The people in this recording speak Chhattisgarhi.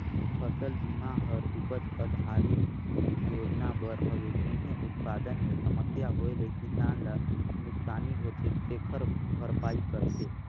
फसल बिमा हर उपज आधरित योजना बर हवे जेम्हे उत्पादन मे समस्या होए ले किसान ल नुकसानी होथे तेखर भरपाई करथे